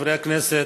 חברי הכנסת,